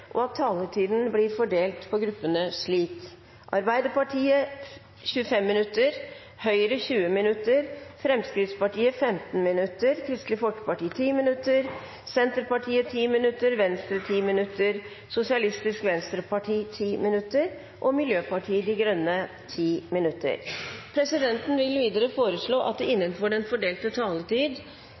og at taletiden blir fordelt på gruppene slik: Arbeiderpartiet 25 minutter, Høyre 20 minutter, Fremskrittspartiet 15 minutter, Kristelig Folkeparti 10 minutter, Senterpartiet 10 minutter, Venstre 10 minutter, Sosialistisk Venstreparti 10 minutter og Miljøpartiet De Grønne 10 minutter. Presidenten vil videre foreslå at det